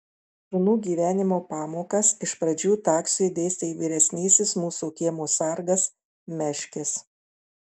šunų gyvenimo pamokas iš pradžių taksiui dėstė vyresnysis mūsų kiemo sargas meškis